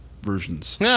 versions